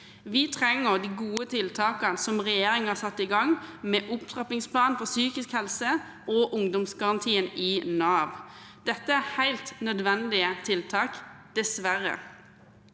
Vi trenger de gode tiltakene som regjeringen satte i gang, med opptrappingsplan for psykisk helse og ungdomsgarantien i Nav. Dette er dessverre helt nødvendige tiltak. Ser